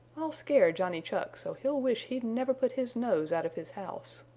i'll scare johnny chuck so he'll wish he'd never put his nose out of his house.